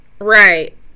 Right